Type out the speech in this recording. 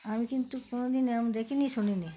আমি কিন্তু কোনো দিন এরকম দেখিনি শুনিনি